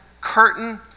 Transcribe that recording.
curtain